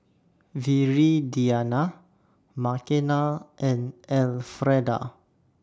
Viridiana Makena and Elfreda